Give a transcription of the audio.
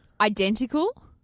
identical